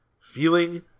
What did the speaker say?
Feeling